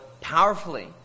powerfully